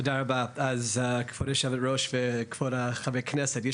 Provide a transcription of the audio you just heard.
תודה רבה, כבוד יושבת הראש וכבוד חברי הכנסת.